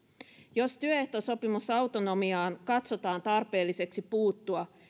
jos työehtosopimusautonomiaan katsotaan tarpeelliseksi puuttua